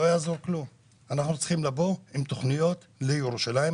אנחנו צריכים לבוא עם תכניות לירושלים,